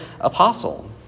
apostle